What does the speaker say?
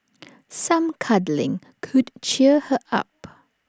some cuddling could cheer her up